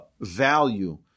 value